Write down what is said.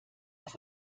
auf